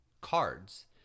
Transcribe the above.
cards